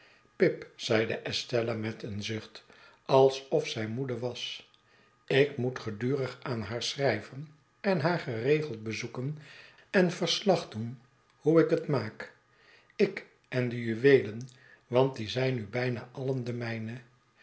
pip zeide estella met een zucht alsof zij moede was ik moet gedurig aan haar schrijven en haar geregeld bezoeken en verslag doen hoe ik het maak ik en de juweelen want die zijn nu bijna alien de mijne